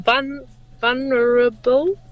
vulnerable